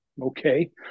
okay